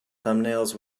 thumbnails